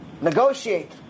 negotiate